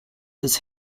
des